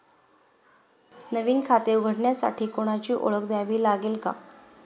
नवीन खाते उघडण्यासाठी कोणाची ओळख द्यावी लागेल का?